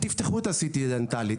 תפתחו את ה-CT הדנטלי,